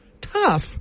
tough